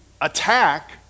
attack